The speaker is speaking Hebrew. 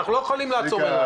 ואנחנו לא יכולים לעצום עיניים.